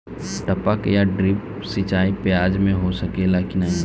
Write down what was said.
टपक या ड्रिप सिंचाई प्याज में हो सकेला की नाही?